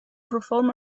perform